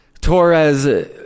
Torres